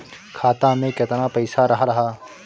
खाता में केतना पइसा रहल ह?